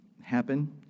happen